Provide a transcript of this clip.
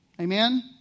Amen